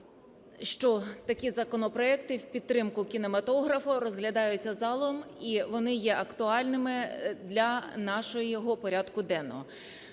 що такі законопроекти в підтримку кінематографу розглядаються залом і вони є актуальними для нашого порядку денного.